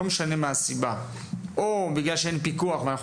זה יכול להיות כי אין פיקוח ולכן אנחנו